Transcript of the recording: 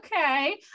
okay